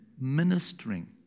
ministering